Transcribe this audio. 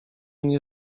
nie